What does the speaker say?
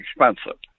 expensive